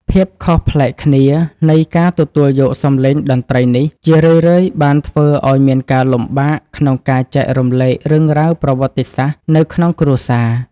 ភាពខុសប្លែកគ្នានៃការទទួលយកសម្លេងតន្ត្រីនេះ ជារឿយៗបានធ្វើឱ្យមានការលំបាកក្នុងការចែករំលែករឿងរ៉ាវប្រវត្តិសាស្ត្រនៅក្នុងគ្រួសារ។